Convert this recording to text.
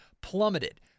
plummeted